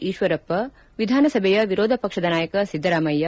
ಈಶ್ವರಪ್ಪ ವಿಧಾನಸಭೆಯ ವಿರೋಧ ಪಕ್ಷದ ನಾಯಕ ಸಿದ್ದರಾಮಯ್ಯ